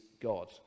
God